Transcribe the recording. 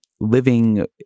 living